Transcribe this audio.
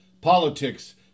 Politics